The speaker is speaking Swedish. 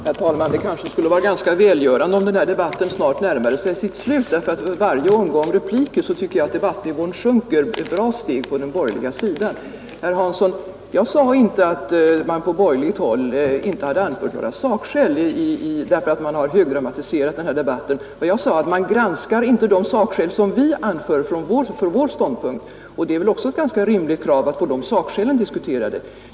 Herr talman! Det skulle vara ganska välgörande om denna debatt snart närmade sig sitt slut, ty med varje omgång repliker tycker jag att debattnivån sjunker ett bra steg på den borgerliga sidan. Jag sade inte, herr Hansson i Skegrie, att man på borgerligt håll inte hade anfört några sakskäl. Genom att man så har högdramatiserat denna debatt, sade jag, har man inte granskat de sakskäl som vi har för vår ståndpunkt, och att få sina sakskäl diskuterade är väl också ett ganska rimligt krav.